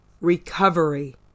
recovery